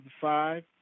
five